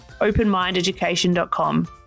openmindeducation.com